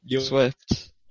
Swift